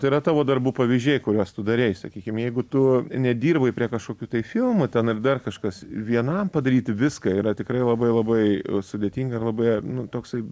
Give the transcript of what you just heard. tai yra tavo darbų pavyzdžiai kuriuos tu darei sakykim jeigu tu nedirbai prie kažkokių tai filmų ten ar dar kažkas vienam padaryti viską yra tikrai labai labai sudėtinga ir labai nu toksai